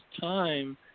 time